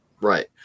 right